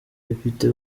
depite